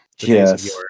Yes